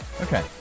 Okay